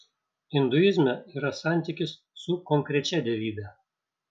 induizme yra santykis su konkrečia dievybe